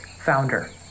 founder